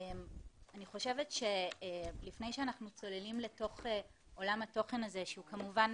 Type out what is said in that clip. אני חושבת שלפני שאנחנו צוללים לתוך עולם התוכן הזה שהוא כמובן